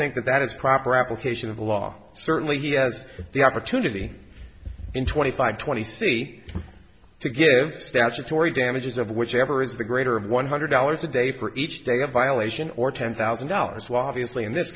think that that is proper application of the law certainly he has the opportunity in twenty five twenty see to give statutory damages of whichever is the greater of one hundred dollars a day for each day a violation or ten thousand dollars well obviously in this